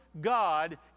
God